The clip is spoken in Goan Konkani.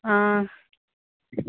आं